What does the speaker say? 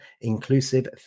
Inclusive